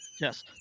Yes